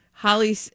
Holly